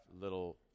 little